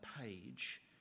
page